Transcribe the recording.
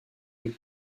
les